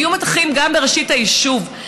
היו מתחים גם בראשית היישוב,